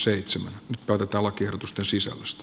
nyt päätetään lakiehdotusten sisällöstä